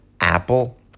apple